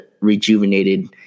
rejuvenated